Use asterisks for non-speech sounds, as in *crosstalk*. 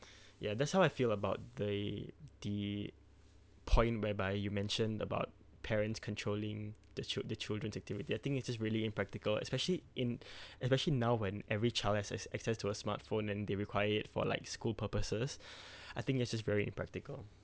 *breath* ya that's how I feel about the the point whereby you mentioned about parents controlling the chil~ the children's activity I think it's just really impractical especially in *breath* especially now when every child access access to a smartphone and they requir it for like school purposes *breath* I think it's just very impractical